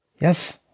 Yes